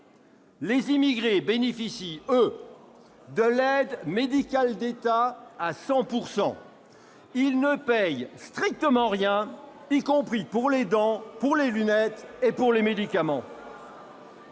Les immigrés bénéficient, eux, de l'aide médicale de l'État à 100 %. Ils ne payent strictement rien, y compris pour les dents, pour les lunettes et pour les médicaments.